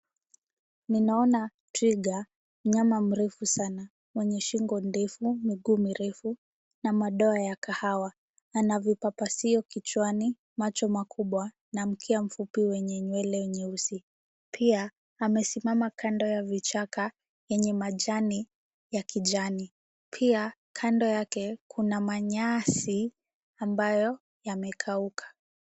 Ninaona twiga mnyama mrefu sana, mwenye shingo ndefu, miguu mirefu na madoa ya kahawa. Ana vipapasio kichwani, macho makubwa na mkia mfupi wenye nywele nyeusi. Pia amesimama kando ya vichaka yenye majani ya kijani. Pia kando yake kuna manyasi ambayo yamekauka.